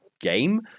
game